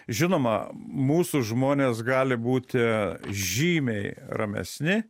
žinoma mūsų žmonės gali būti žymiai ramesni